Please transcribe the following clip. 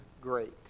great